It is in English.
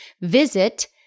Visit